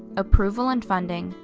approval and funding,